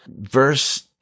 verse